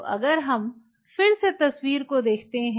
तो अगर हम फिर से तस्वीर को देखते हैं